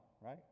right